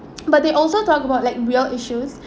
but they also talk about like real issues